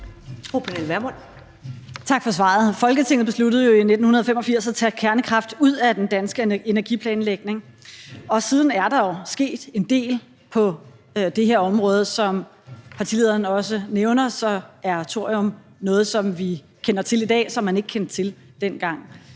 Tak for svaret. Folketinget besluttede jo i 1985 at tage kernekraft ud af den danske energiplanlægning, og siden er der sket en del på det område. Som partilederen også nævner, er thorium noget, som vi kender til i dag, og som man ikke kendte til dengang.